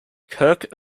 kirk